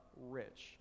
rich